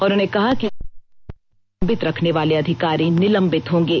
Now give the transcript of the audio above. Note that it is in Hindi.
उन्होंने कहा कि जनता का काम लंबित रखनेवाले अधिकारी निलंबित होंगे